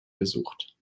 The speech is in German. gesucht